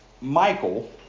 Michael